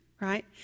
right